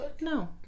no